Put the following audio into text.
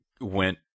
went